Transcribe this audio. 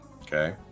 okay